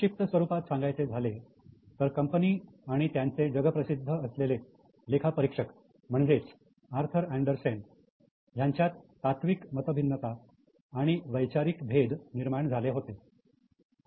संक्षिप्त स्वरूपात सांगायचे झाले तर कंपनी आणि त्यांचे जगप्रसिद्ध असलेले लेखापरीक्षक म्हणजेच आर्थर अँडरसेन यांच्यात तात्विक मतभिन्नता आणि वैचारिक भेद निर्माण झाले होते